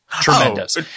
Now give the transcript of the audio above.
tremendous